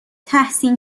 تحسین